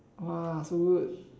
!wah! so good